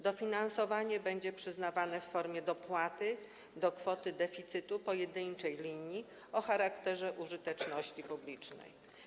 Dofinansowanie będzie przyznawane w formie dopłaty do kwoty deficytu pojedynczej linii o charakterze użyteczności publicznej.